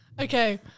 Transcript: Okay